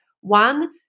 One